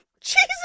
Jesus